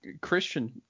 Christian